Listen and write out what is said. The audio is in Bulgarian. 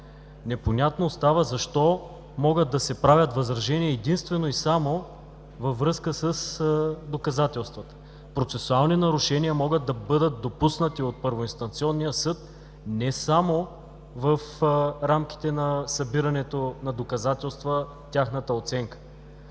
Непонятно остава защо могат да се правят възражения единствено и само във връзка с доказателствата? Процесуални нарушения могат да бъдат допуснати от първоинстанционния съд не само в рамките на събирането на доказателства, тяхната оценка.